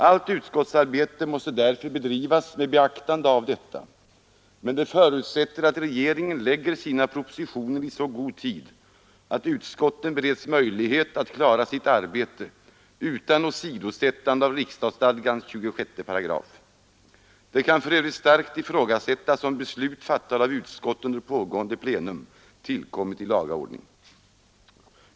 Allt utskottsarbete måste därför bedrivas med beaktande av detta, men det förutsätter att regeringen lägger sina propositioner i så god tid att utskotten bereds möjlighet att klara sitt arbete utan åsidosättande av riksdagsstadgans 26 §. Det kan för övrigt starkt ifrågasättas om beslut fattade av utskott under pågående plenum i kammaren tillkommit i laga ordning.